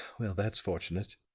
well, that's fortunate.